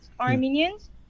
Armenians